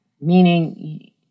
meaning